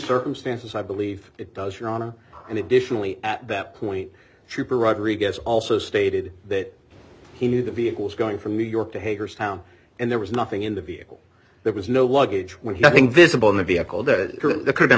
circumstances i believe it does your honor and additionally at that point trooper rodriguez also stated that he knew the vehicles going from new york to hagerstown and there was nothing in the vehicle there was no luggage when he i think visible in the vehicle that